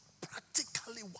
Practically